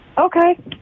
Okay